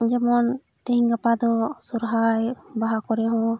ᱡᱮᱢᱚᱱ ᱛᱮᱦᱤᱧ ᱜᱟᱯᱟ ᱫᱚ ᱥᱚᱦᱨᱟᱭ ᱵᱟᱦᱟ ᱠᱚᱨᱮ ᱦᱚᱸ